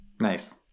nice